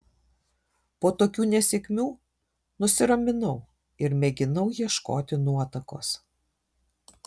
po tokių nesėkmių nusiraminau ir mėginau ieškoti nuotakos